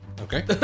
okay